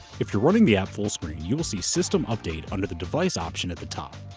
if you're running the app full screen, you will see system update under the device option at the top.